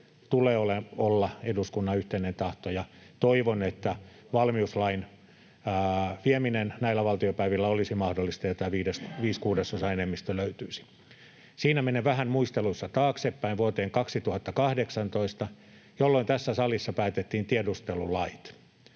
tulee olla eduskunnan yhteinen tahto. Ja toivon, että valmiuslain vieminen näillä valtiopäivillä olisi mahdollista ja tämä viiden kuudesosan enemmistö löytyisi. Sitten menen vähän muisteluissa taaksepäin vuoteen 2018, jolloin tässä salissa päätettiin tiedustelulait.